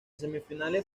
semifinales